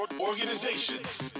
Organizations